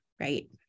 right